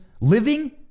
living